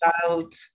child